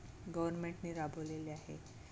गव्हर्मेंटने राबवलेले आहे